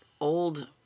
old